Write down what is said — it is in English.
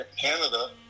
Canada